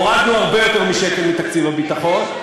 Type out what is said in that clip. הורדנו הרבה יותר משקל מתקציב הביטחון,